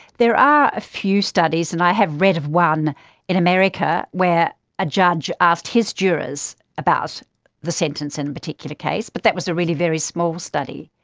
there are a few studies, and i have read of one in america where a judge asked his jurors about the sentence in a particular case, but that was a really very small study.